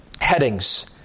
headings